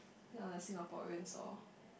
uh Singaporeans orh